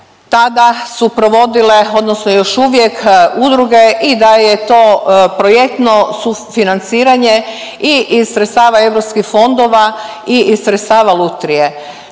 tada su provodile odnosno još uvijek udruge i da je to projektno sufinanciranje i iz sredstava eu fondova i sredstava Lutrije.